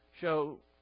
show